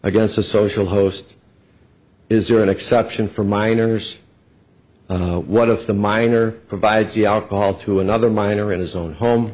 against a social host is there an exception for minors what if the minor provides the alcohol to another minor in his own home